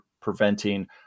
preventing